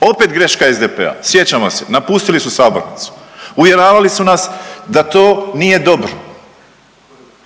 Opet greška SDP-a, sjećamo se napustili su sabornicu. Uvjeravali su nas da to nije dobro,